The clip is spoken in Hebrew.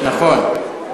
נכון.